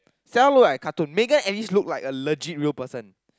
Stella look like a cartoon Megan at least look like a legit real person